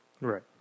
Right